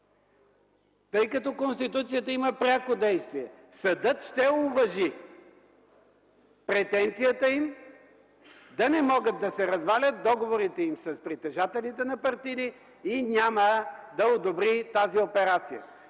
Понеже Конституцията има пряко действие, съдът ще уважи претенциите им да не могат да се развалят договорите им с притежателите на партиди и няма да одобри тази операция.